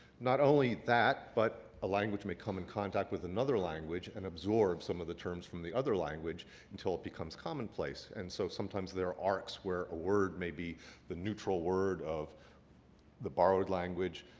not only that, but a language may come in contact with another language and absorb some of the terms from the other language until it becomes commonplace. and so sometimes there are arcs where a word may be the neutral word of the borrowed language,